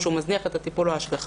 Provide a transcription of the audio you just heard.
או שהוא מזניח את הטיפול או ההשגחה,